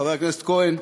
חבר הכנסת כהן,